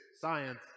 science